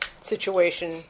situation